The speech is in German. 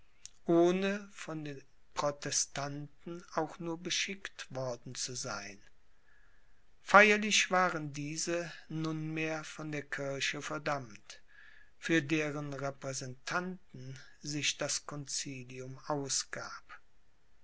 ohne von den protestanten auch nur beschickt worden zu sein feierlich waren diese nunmehr von der kirche verdammt für deren repräsentanten sich das concilium ausgab